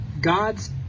God's